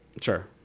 Sure